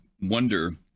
wonder